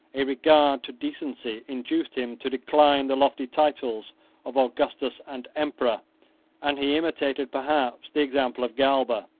a regard to decency induced him to decline the lofty titles of augustus and emperor and he imitated perhaps the example of galba,